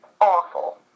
Awful